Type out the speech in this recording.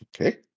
Okay